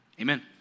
amen